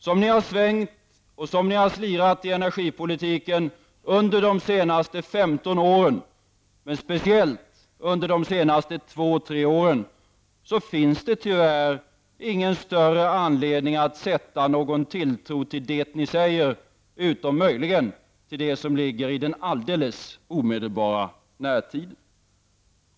Som socialdemokraterna har svängt och slirat i energipolitiken under de senaste 15 åren -- men speciellt under de senaste två tre åren -- finns det tyvärr ingen större anledning att sätta någon tilltro till det de säger, förutom möjligen det som ligger i den alldeles omedelbara framtiden.